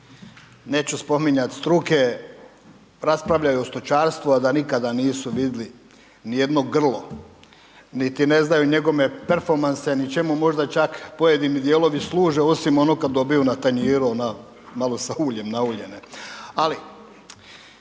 neću spominjati struke raspravljaju o stočarstvu a da nikada nisu vidjeli niti jedno grlo, niti ne znaju njegove performanse ni čemu možda čak pojedini dijelovi služe osim onog kada dobiju na tanjuru onda, malo s uljem nauljene.